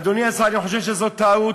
אדוני השר, אני חושב שזאת טעות,